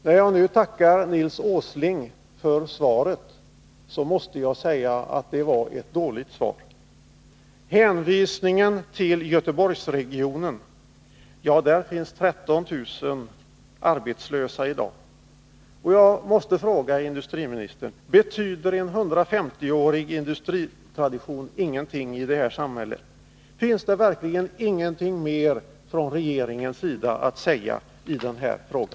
När jag nu tackar Nils Åsling för svaret, måste jag säga att det var ett dåligt svar. Nils Åsling hänvisar till Göteborgsregionen. Ja, där finns 13000 arbetslösa i dag. Jag måste fråga industriministern: Betyder en 150-årig industritradition ingenting i det här samhället? Finns det verkligen ingenting mer att säga från regeringens sida i denna fråga?